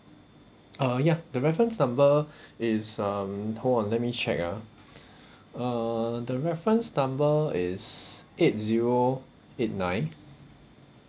uh ya the reference number is um hold on let me check ah uh the reference number is eight zero eight nine